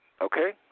okay